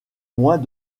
moins